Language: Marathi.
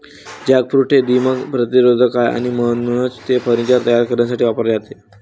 जॅकफ्रूट हे दीमक प्रतिरोधक आहे आणि म्हणूनच ते फर्निचर तयार करण्यासाठी वापरले जाते